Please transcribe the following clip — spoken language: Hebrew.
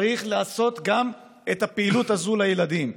צריך לעשות גם את הפעילות הזו לילדים.